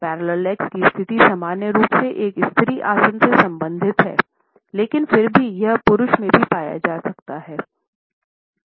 parallel लेग्सकी स्थिति सामान्य रूप से एक स्त्री आसन से संबंधित है लेकिन फिर भी यह पुरुषों में भी पाया जा सकता है